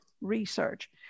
Research